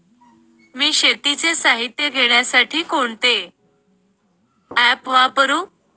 मी शेतीचे साहित्य घेण्यासाठी कोणते ॲप वापरु?